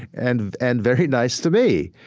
and and very nice to me.